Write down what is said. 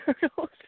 turtles